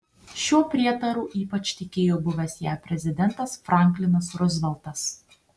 šiuo prietaru ypač tikėjo buvęs jav prezidentas franklinas ruzveltas